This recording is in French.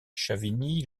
chavigny